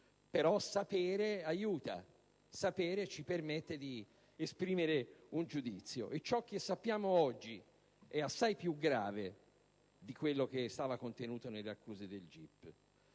però sapere aiuta, in quanto ci permette di esprimere un giudizio, e ciò che sappiamo oggi è assai più grave di quello che era contenuto nelle accuse del GIP.